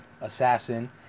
assassin